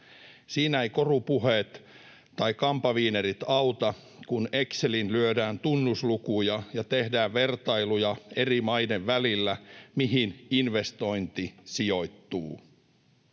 Siinä eivät korupuheet tai kampaviinerit auta, kun Exceliin lyödään tunnuslukuja ja tehdään vertailuja eri maiden välillä, mihin investointi sijoittuu.